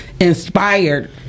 inspired